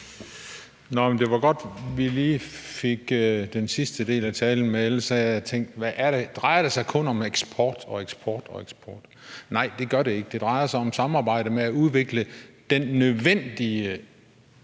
(EL): Det var godt, at vi lige fik den sidste del af talen med, ellers havde jeg tænkt: Hvad er det? Drejer det sig kun om eksport og eksport? Nej, det gør det ikke. Det drejer sig om et samarbejde med at udvikle den nødvendige